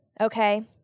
Okay